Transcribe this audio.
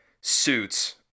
suits